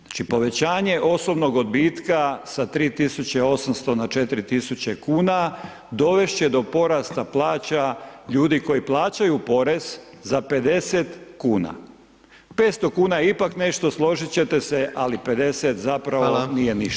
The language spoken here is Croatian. Znači povećanje osobnog odbitka sa 3.800 na 4.000 kuna dovest će do porasta plaća ljudi koji plaćaju porez za 50 kuna, 500 kuna je ipak nešto složit ćete se ali 50 zapravo [[Upadica: Hvala.]] nije ništa.